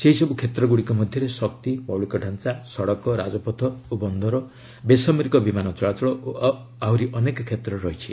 ସେହିସବୁ କ୍ଷେତ୍ରଗୁଡ଼ିକ ମଧ୍ୟରେ ଶକ୍ତି ମୌଳିକ ଢ଼ାଞ୍ଚା ସଡ଼କ ରାଜପଥ ଓ ବନ୍ଦର ବେସାମରିକ ବିମାନ ଚଳାଚଳ ଓ ଆହୁରି ଅନେକ କ୍ଷେତ୍ର ରହିଛି